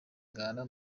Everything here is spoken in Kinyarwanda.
ngara